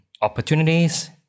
opportunities